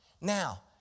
Now